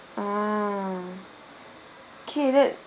mm okay that